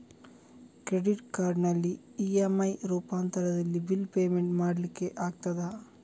Credit ಕಾರ್ಡಿನಲ್ಲಿ EMI ರೂಪಾಂತರದಲ್ಲಿ bill payment ಮಾಡ್ಲಿಕ್ಕೆ ಆಗ್ತದ?